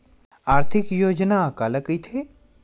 आर्थिक योजना काला कइथे?